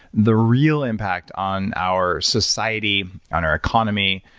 the real impact on our society, on our economy,